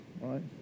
right